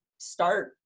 start